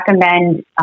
recommend